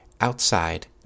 outside